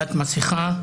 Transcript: אי-עטיית מסכה,